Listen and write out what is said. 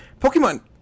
Pokemon